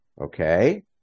Okay